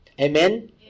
Amen